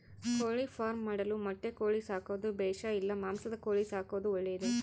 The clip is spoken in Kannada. ಕೋಳಿಫಾರ್ಮ್ ಮಾಡಲು ಮೊಟ್ಟೆ ಕೋಳಿ ಸಾಕೋದು ಬೇಷಾ ಇಲ್ಲ ಮಾಂಸದ ಕೋಳಿ ಸಾಕೋದು ಒಳ್ಳೆಯದೇ?